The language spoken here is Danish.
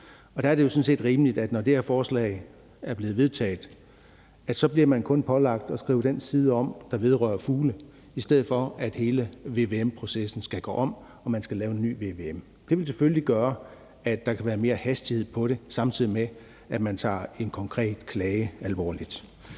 Og der er det jo sådan set rimeligt, at man, når det her forslag er blevet vedtaget, så kun bliver pålagt at skrive den side om, der vedrører fugle, i stedet for at hele vvm-processen skal gå om og man skal lave en ny vvm. Det vil selvfølgelig gøre, at der kan være mere hastighed på det, samtidig med at man tager en konkret klage alvorligt.